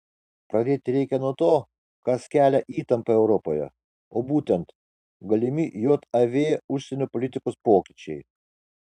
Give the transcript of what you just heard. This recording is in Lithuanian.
pradėti reikia nuo to kas kelia įtampą europoje o būtent galimi jav užsienio politikos pokyčiai